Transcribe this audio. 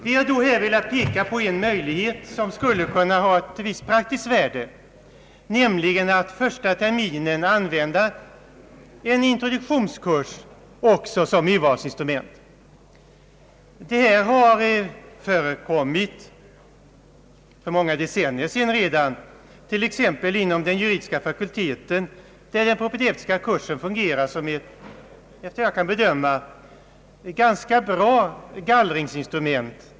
Vi har velat peka på en möjlighet som skulle kunna ha ett visst praktiskt värde, nämligen att under den första terminen använda en introduktionskurs också som urvalsinstrument. Det här har förekommit redan för många decennier sedan, t.ex. inom den juridiska fakulteten, där den propedeutiska kursen fungerat som ett, efter vad jag kan bedöma, ganska bra gallringsinstrument.